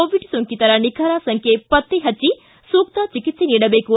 Covid ಸೋಂಕಿತರ ನಿಖರ ಸಂಖ್ಯೆ ಪತ್ತೆ ಹಚ್ಚಿ ಸೂಕ್ತ ಚಿಕಿತ್ಸೆ ನೀಡಬೇಕು